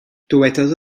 dywedodd